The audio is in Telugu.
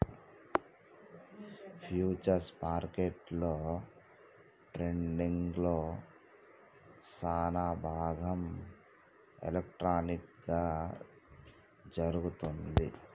ఫ్యూచర్స్ మార్కెట్లో ట్రేడింగ్లో సానాభాగం ఎలక్ట్రానిక్ గా జరుగుతుంది